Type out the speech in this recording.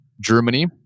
Germany